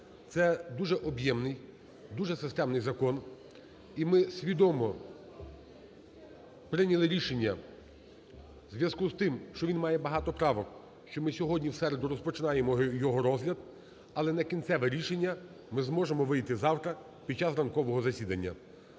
Це дуже об'ємний, дуже системний закон. І ми свідомо прийняли рішення у зв'язку з тим, що він має багато правок, що ми сьогодні, в середу, розпочинаємо його розгляд, але на кінцеве рішення ми зможемо вийти завтра, під час ранкового засідання.